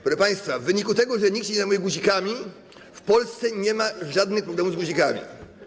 Proszę państwa, w wyniku tego, że nikt się nie zajmuje guzikami, w Polsce nie ma żadnych problemów z guzikami.